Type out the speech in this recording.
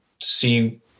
see